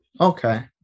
Okay